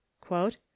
Quote